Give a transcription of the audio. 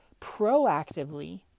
proactively